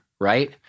right